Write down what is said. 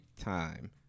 time